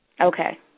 Okay